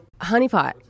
honeypot